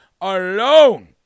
Alone